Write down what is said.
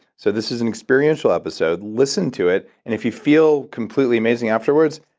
so this is an experiential episode. listen to it, and if you feel completely amazing afterwards,